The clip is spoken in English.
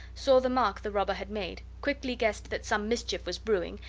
saw the mark the robber had made, quickly guessed that some mischief was brewing,